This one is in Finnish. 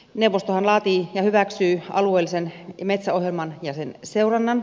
neuvostohan laatii ja hyväksyy alueellisen metsäohjelman ja sen seurannan